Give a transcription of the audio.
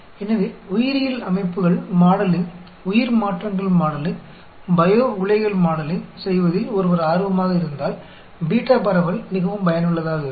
எனவே உயிரியல் அமைப்புகள் மாடலிங் உயிர் மாற்றங்கள் மாடலிங் பயோ உலைகள் மாடலிங் செய்வதில் ஒருவர் ஆர்வமாக இருந்தால் பீட்டா பரவல் மிகவும் பயனுள்ளதாக இருக்கும்